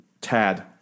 Tad